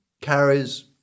carries